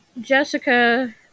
Jessica